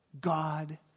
God